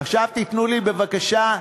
עכשיו תיתנו לי בבקשה,